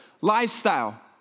lifestyle